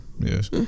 Yes